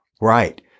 Right